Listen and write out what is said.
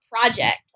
project